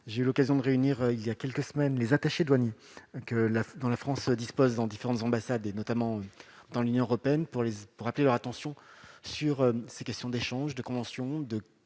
j'ai eu l'occasion de réunir, il y a quelques semaines, les attachés douaniers dont la France dispose dans différentes ambassades, notamment au sein de l'Union européenne, pour appeler leur attention sur ces questions d'échanges, de conventions et